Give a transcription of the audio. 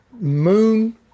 Moon